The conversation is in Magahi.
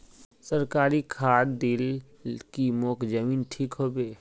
सरकारी खाद दिल की मोर जमीन ठीक होबे?